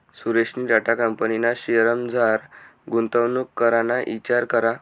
सुरेशनी टाटा कंपनीना शेअर्समझार गुंतवणूक कराना इचार करा